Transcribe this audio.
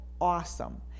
awesome